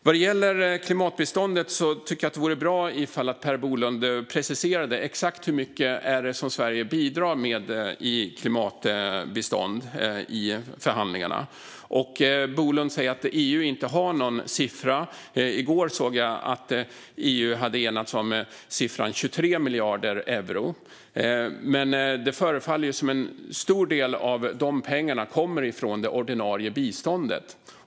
Vad gäller klimatbiståndet tycker jag att det vore bra om Per Bolund preciserade exakt hur mycket Sverige bidrar med i förhandlingarna. Bolund säger att EU inte har någon siffra; i går såg jag att EU hade enats om siffran 23 miljarder euro. Det förefaller dock som att en stor del av de pengarna kommer från det ordinarie biståndet.